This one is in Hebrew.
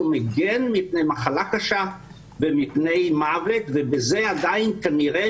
הוא מגן מפני מחלה קשה ומפני מוות ובזה עדיין כנראה